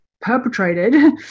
perpetrated